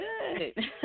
good